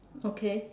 okay